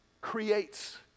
creates